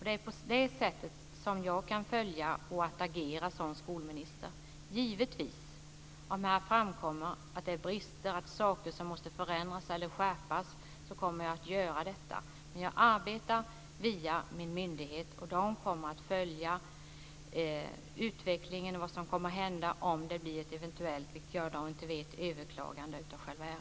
Det är på det sättet som jag kan följa upp och agera som skolminister. Givetvis kommer jag, om det framkommer att det finns brister eller saker som måste förändras eller skärpas, att göra detta. Jag arbetar via min myndighet, och de kommer att följa utvecklingen och om det kommer att bli ett eventuellt överklagande av ärendet.